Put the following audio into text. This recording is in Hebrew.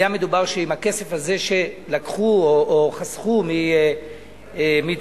היה מדובר שבכסף הזה שלקחו או חסכו מתשלומי